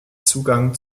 zugang